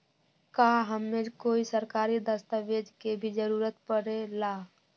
का हमे कोई सरकारी दस्तावेज के भी जरूरत परे ला?